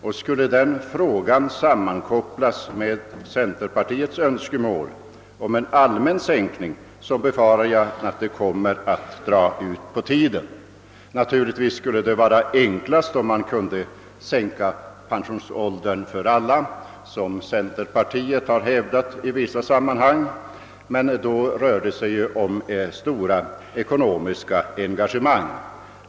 Om denna fråga skulle sammankopplas med centerpartiets uttryckta önskemål om en allmän pensionsåldersänkning, befarar jag att det kommer att dra ut på tiden. Naturligtvis skulle det vara enk last om man kunde sänka pensionsåldern för alla, såsom centerpartiet hävdat i vissa sammanhang, men då rör det sig om stora ekonomiska engagemang.